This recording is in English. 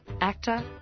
actor